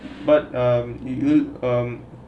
but um you um